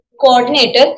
coordinator